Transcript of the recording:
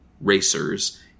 racers